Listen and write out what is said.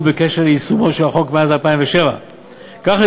בכל הקשור ליישום החוק מאז שנת 2007. כך,